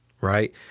right